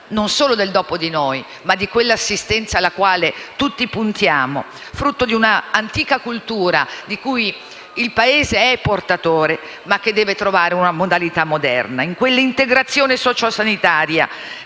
non solo del "dopo di noi", ma anche di quell'assistenza alla quale tutti puntiamo, frutto di un'antica cultura di cui il Paese è portatore, ma che deve trovare una modalità moderna, in quell'integrazione socio-sanitaria